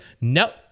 nope